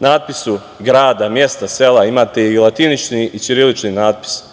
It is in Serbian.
natpisu grada, mesta, sela imate i latinični i ćirilični natpis,